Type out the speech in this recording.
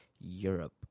Europe